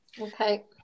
Okay